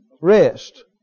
Rest